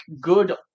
good